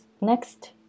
next